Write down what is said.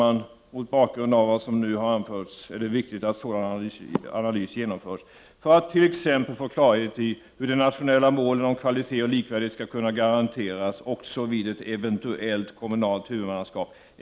Mot bakgrund av vad som nu har anförts är det viktigt att en sådan analys genomförs för att t.ex. få klarhet i hur de nationella målen om kvalitet och likvärdighet skall kunna garanteras också vid ett eventuellt kommunalt huvudmannaskap.